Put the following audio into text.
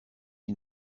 ils